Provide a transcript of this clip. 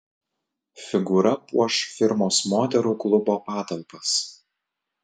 figūra puoš firmos moterų klubo patalpas